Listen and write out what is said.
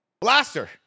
Blaster